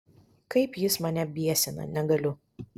kaip jis mane biesina negaliu